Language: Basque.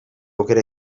aukera